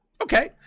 okay